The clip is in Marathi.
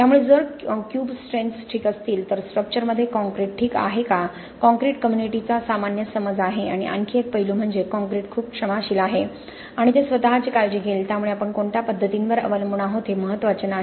त्यामुळे जर क्यूब स्ट्रेंग्थ्स ठीक असतील तर स्ट्रक्चरमध्ये कॉंक्रिट ठीक आहे हा कॉंक्रिट कम्युनिटी चा सामान्य समज आहे आणखी एक पैलू म्हणजे कॉंक्रिट खूप क्षमाशील आहे आणि ते स्वतःची काळजी घेईल त्यामुळे आपण कोणत्या पद्धतींवर अवलंबून आहोत हे महत्त्वाचे नाही